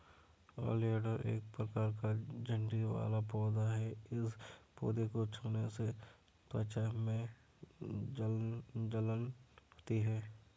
oleander एक प्रकार का झाड़ी वाला पौधा है इस पौधे को छूने से त्वचा में जलन होती है